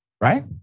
right